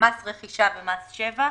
מס רכישה ומס שבח.